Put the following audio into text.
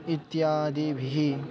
इत्यादीभिः